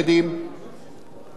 איפה חבר הכנסת גפני?